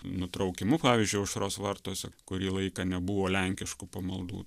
nutraukimu pavyzdžiui aušros vartuose kurį laiką nebuvo lenkiškų pamaldų